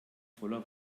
voller